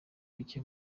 bike